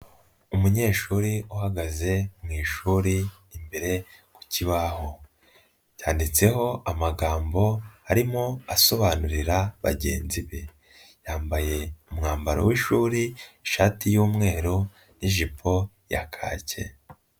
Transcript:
Umunyeshuri uhagaze mu ishuri imbere mu kibaho, cyanditseho amagambo arimo asobanurira bagenzi be, yambaye umwambaro w'ishuri: ishati y'umweru n'ijipo ya kake.